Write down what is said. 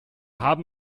haben